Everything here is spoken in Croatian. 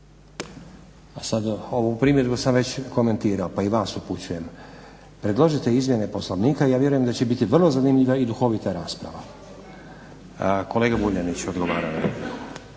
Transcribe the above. A sad ovu primjedbu sam već komentirao pa i vas upućujem predložite izmjene Poslovnika ja vjerujem da će biti vrlo zanimljiva i duhovita rasprava. Kolega Vuljanić odgovara